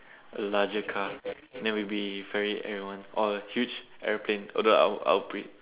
a larger car than will be ferry everyone or huge aeroplane although I'm I'm pre~